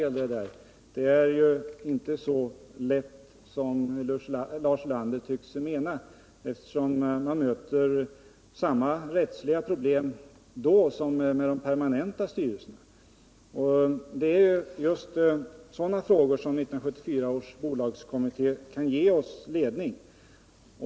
Detta är inte lika lätt att göra som Lars Ulander tycks mena, eftersom man skulle möta samma rättsliga problem genom tillskapandet av interimistiska styrelser som med de permanenta styrelserna. Det är just i sådana frågor som 1974 års bolagskommitté kan ge oss ledning.